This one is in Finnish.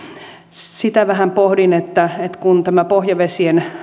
sitä vähän pohdin että kun tämä pohjavesien